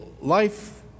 life